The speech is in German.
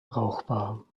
brauchbar